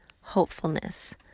hopefulness